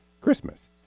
Christmas